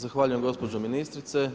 Zahvaljujem gospođo ministrice.